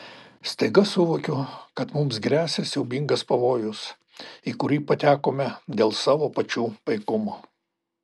staiga suvokiu kad mums gresia siaubingas pavojus į kurį patekome dėl savo pačių paikumo